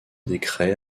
décret